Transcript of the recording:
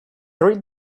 three